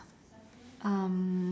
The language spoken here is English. um